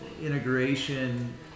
integration